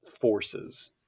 forces